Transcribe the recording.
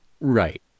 right